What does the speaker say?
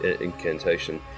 incantation